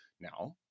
Now